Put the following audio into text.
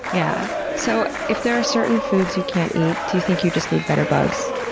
yeah so if there are certain foods you can't eat, do you think you just need better bugs?